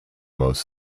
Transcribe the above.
most